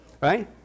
right